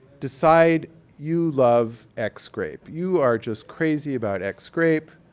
decide you love x grape. you are just crazy about x grape